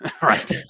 right